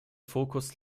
fokus